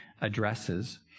addresses